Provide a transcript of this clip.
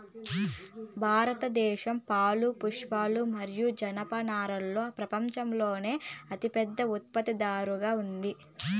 భారతదేశం పాలు, పప్పులు మరియు జనపనారలో ప్రపంచంలోనే అతిపెద్ద ఉత్పత్తిదారుగా ఉంది